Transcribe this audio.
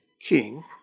king